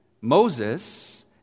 Moses